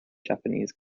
japanese